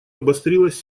обострилась